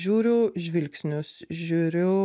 žiūriu žvilgsnius žiūriu